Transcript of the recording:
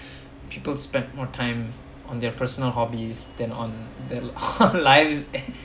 people spent more time on their personal hobbies than on their lives